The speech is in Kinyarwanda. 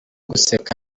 guseka